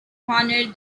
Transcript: honored